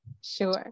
Sure